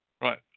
Right